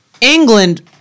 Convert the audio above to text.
England